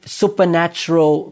supernatural